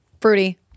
Fruity